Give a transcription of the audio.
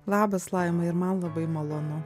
labas laima ir man labai malonu